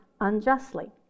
unjustly